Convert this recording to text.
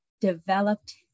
developed